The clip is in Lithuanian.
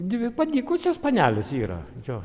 dvi padykusios panelės yra jo